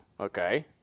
okay